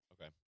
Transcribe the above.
Okay